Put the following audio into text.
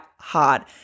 hard